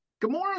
Gamora